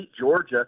Georgia